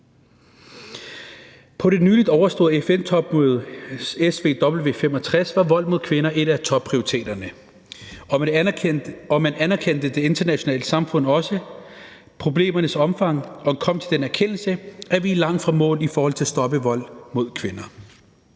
På det nyligt overståede FN-topmøde CSW65 var vold mod kvinder en af topprioriteterne, og man anerkendte i det internationale samfund også problemernes omfang og kom til den erkendelse, at vi er langt fra mål i forhold til at stoppe vold mod kvinder.